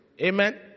Amen